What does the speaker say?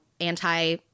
anti